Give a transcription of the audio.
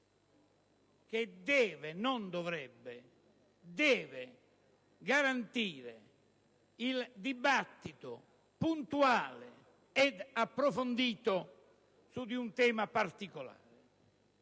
che deve - non «dovrebbe», ma «deve» - garantire il dibattito puntuale e approfondito su un tema particolare.